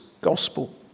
gospel